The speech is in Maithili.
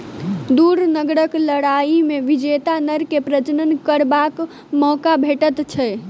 दू नरक लड़ाइ मे विजेता नर के प्रजनन करबाक मौका भेटैत छै